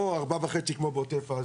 לא 4.5 ק"מ כמו בעוטף עזה.